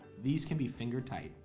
these can be finger tight